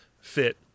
fit